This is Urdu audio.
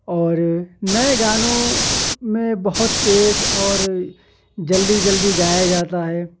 اور نئے گانوں میں بہت تیز اور جلدی جلدی گایا جاتا ہے